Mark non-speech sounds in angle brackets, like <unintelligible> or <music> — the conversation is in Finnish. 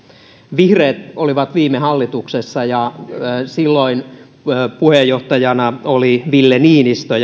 vihreät olivat viime hallituksessa ja silloin puheenjohtajana oli ville niinistö <unintelligible>